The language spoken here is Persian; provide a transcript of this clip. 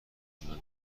کنم